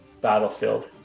battlefield